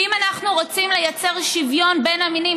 ואם אנחנו רוצים לייצר שוויון בין המינים,